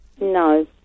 No